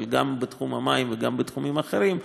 אבל גם תחום המים וגם תחומים אחרים,